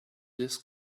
this